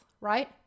right